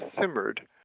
simmered